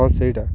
ହଁ ସେଇଟା